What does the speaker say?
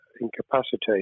incapacitated